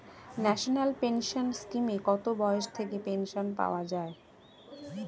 National pension স্কিমে কত বয়স থেকে পেনশন পাওয়া যায়?